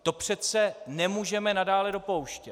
To přece nemůžeme nadále dopouštět!